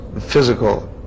physical